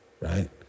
right